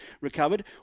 recovered